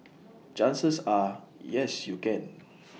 chances are yes you can